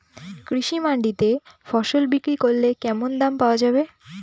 কৃষি মান্ডিতে ফসল বিক্রি করলে কেমন দাম পাওয়া যাবে?